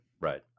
right